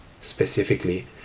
Specifically